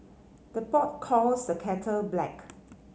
the pot calls the kettle black